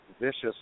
vicious